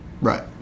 Right